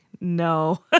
no